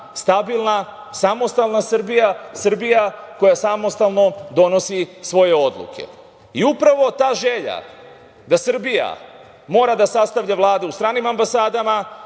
stabilna, samostalna Srbija, Srbija koja samostalno donosi svoje odluke. I upravo ta želja da Srbija mora da sastavlja vlade u stranim ambasadama,